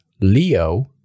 Leo